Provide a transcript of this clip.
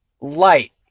Light